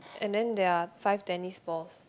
and then there are five tennis balls